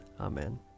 Amen